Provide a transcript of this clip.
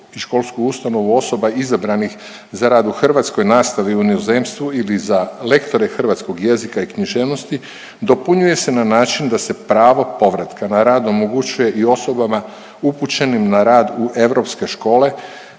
i školsku ustanovu osoba izabranih za rad u hrvatskoj nastavi u inozemstvu ili za lektore hrvatskog jezika i književnosti, dopunjuje se na način da se pravo povratka na rad omogućuje i osobama upućenim na rad u europske škole,